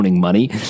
money